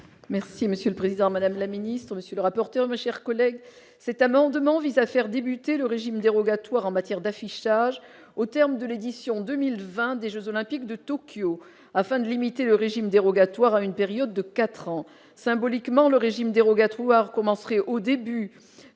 Merci Monsieur le Président, Madame la Ministre, Monsieur le rapporteur mais, chers collègues, cet amendement vise à faire débuter le régime dérogatoire en matière d'affichage au terme de l'édition 2020, des Jeux olympiques de Tokyo afin de limiter le régime dérogatoire à une période de 4 ans, symboliquement le régime dérogatoire commenceraient au début de